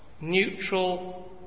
neutral